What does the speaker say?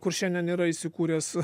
kur šiandien yra įsikūręs